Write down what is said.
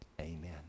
Amen